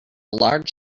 large